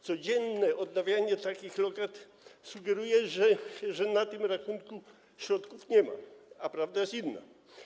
Codzienne odnawianie takich lokat sugeruje, że na tym rachunku środków nie ma, a prawda jest inna.